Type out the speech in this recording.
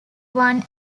one